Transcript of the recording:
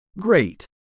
Great